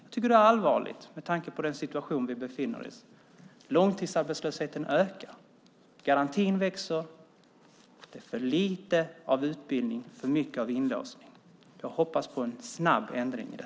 Jag tycker att det är allvarligt med tanke på den situation som vi befinner oss i. Långtidsarbetslösheten ökar. Antalet personer i garantin växer. Det är för lite av utbildning och för mycket av inlåsning. Jag hoppas på en snabb ändring av det.